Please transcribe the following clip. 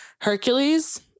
Hercules